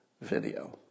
video